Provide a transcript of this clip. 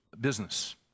business